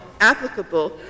applicable